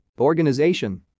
Organization